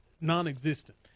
non-existent